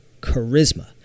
charisma